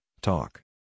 talk